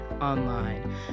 online